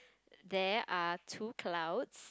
there are two clouds